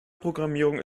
programmierung